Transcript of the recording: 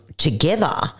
together